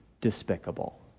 Despicable